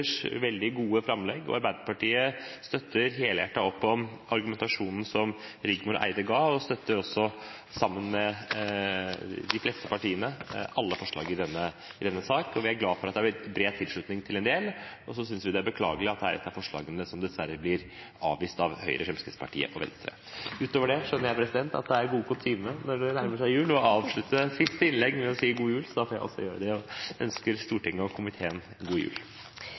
veldig gode innlegg. Arbeiderpartiet støtter helhjertet opp om argumentasjonen som Rigmor Andersen Eide ga, og støtter også sammen med de fleste partiene alle forslagene i denne sak. Vi er glad for at det er gitt bred tilslutning til en del, og så synes vi det er beklagelig at det er et av forslagene som dessverre blir avvist av Høyre, Fremskrittspartiet og Venstre. Utover det skjønner jeg at det er god kutyme når det nærmer seg jul å avslutte siste innlegg med å si god jul. Da får jeg også gjøre det, og jeg ønsker Stortinget og komiteen god jul.